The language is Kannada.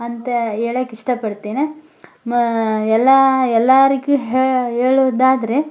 ಅಂತ ಹೇಳಕ್ ಇಷ್ಟಪಡ್ತೇನೆ ಮ ಎಲ್ಲ ಎಲ್ಲಾರಿಗು ಹೇಳುವುದಾದ್ರೆ